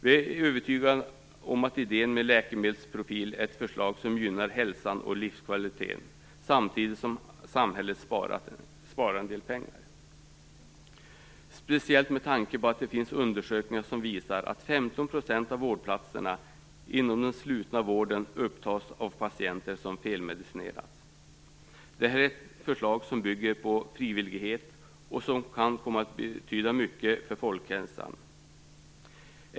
Vi är övertygade om att idén med en läkemedelsprofil är ett förslag som gynnar hälsan och livskvaliteten samtidigt som samhället sparar en del pengar, speciellt med tanke på att det finns undersökningar som visar att 15 % av vårdplatserna inom den slutna vården upptas av patienter som felmedicinerats. Detta är ett förslag som bygger på frivillighet och som kan komma att betyda mycket för folkhälsan.